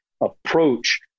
approach